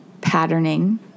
patterning